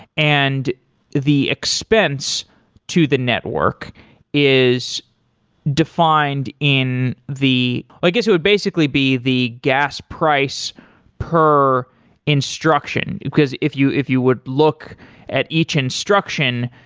and the expense to the network is defined in the i guess it would basically be the gas price per instruction, because if you if you would look at each instruction,